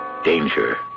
danger